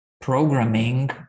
programming